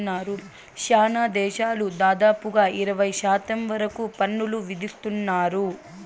శ్యానా దేశాలు దాదాపుగా ఇరవై శాతం వరకు పన్నులు విధిత్తున్నారు